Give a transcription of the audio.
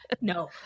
No